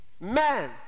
man